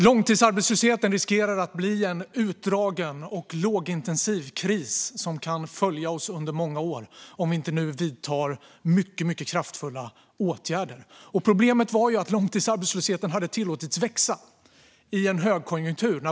Långtidsarbetslösheten riskerar att bli en utdragen och lågintensiv kris som kan följa oss under många år om vi inte vidtar mycket kraftfulla åtgärder nu. Problemet är att långtidsarbetslösheten tilläts växa i en högkonjunktur.